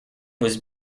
was